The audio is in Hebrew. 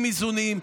עם איזונים.